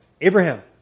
Abraham